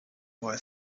boy